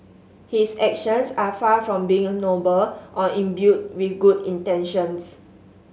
his actions are far from being noble or imbued with good intentions